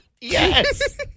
Yes